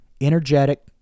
energetic